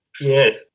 Yes